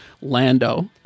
Lando